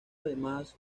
además